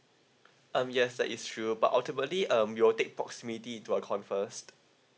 um yes that is true but ultimately um we will take proximity into account first